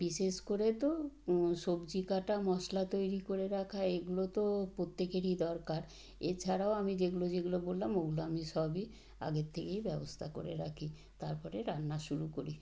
বিশেষ করে তো সবজি কাটা মশলা তৈরি করে রাখা এগুলো তো প্রত্যেকেরই দরকার এছাড়াও আমি যেগুলো যেগুলো বললাম ওগুলো আমি সবই আগের থেকেই ব্যবস্থা করে রাখি তার পরে রান্না শুরু করি